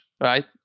Right